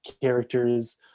characters